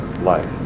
life